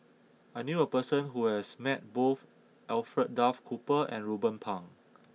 I knew a person who has met both Alfred Duff Cooper and Ruben Pang